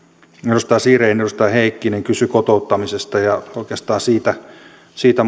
edustaja siren edustaja heikkinen kysyi kotouttamisesta muutama sana oikeastaan siitä siitä